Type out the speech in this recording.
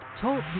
Talk